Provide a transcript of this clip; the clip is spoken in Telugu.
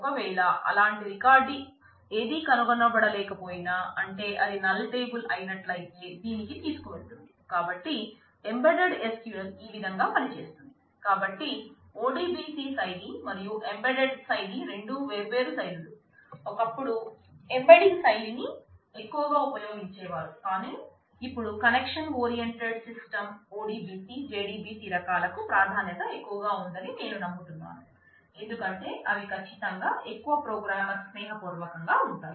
ఒకవేళ అలాంటి రికార్డ్ ఏదీ కనుగొనబడలేకపోయినా అంటే అది నల్ టేబుల్ ODBC JDBC రకాలకు ప్రాధాన్యత ఎక్కువగా ఉందని నేను నమ్ముతున్నాను ఎందుకంటే అవి ఖచ్చితంగా ఎక్కువ ప్రోగ్రామర్ స్నేహపూర్వకంగా ఉంటాయి